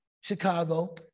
Chicago